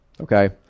Okay